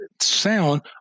sound